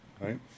Right